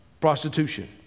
prostitution